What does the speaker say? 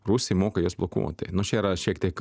rusai moka jas blokuoti nu čia yra šiek tiek